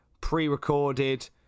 pre-recorded